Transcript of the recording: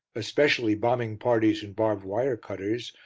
especially bombing parties and barbed wire cutters,